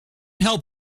help